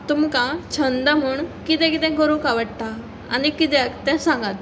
तुमकां छंद म्हूण कितें कितें करूंक आवडटा आनी कित्याक तें सांगात